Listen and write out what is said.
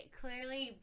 clearly